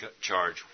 charge